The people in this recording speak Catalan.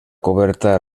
coberta